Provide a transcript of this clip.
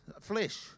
flesh